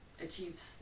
achieves